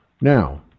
now